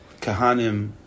Kahanim